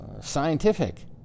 Scientific